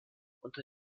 unter